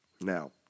Now